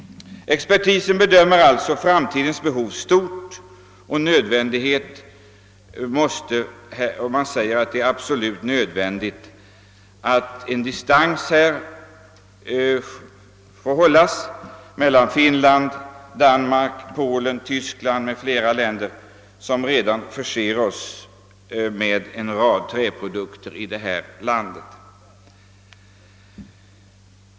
Expertisen bedömer alltså framtidens behov som stort och anser det absolut nödvändigt att en distans hålles gentemot Finland, Danmark, Polen, Tyskland m.fl. länder som redan förser oss med en rad träprodukter.